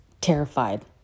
terrified